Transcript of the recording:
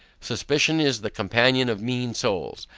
suspicion is the companion of mean souls,